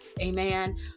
Amen